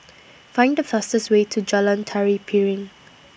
Find The fastest Way to Jalan Tari Piring